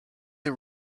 the